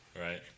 Right